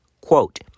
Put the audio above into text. quote